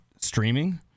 streaming